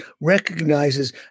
recognizes